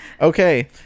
Okay